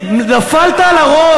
זה שאתם מתכחשים שיש, נפלת על הראש?